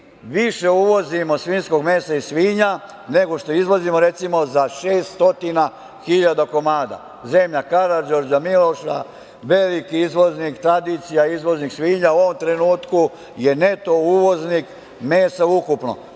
više uvozimo svinjskog mesa i svinja nego što izvozimo za 600.000 komada. Zemlja Karađorđa, Miloša veliki izvoznik, tradicija, izvoznik svinja u ovom trenutku je neto uvoznik mesa ukupnog.